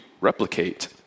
replicate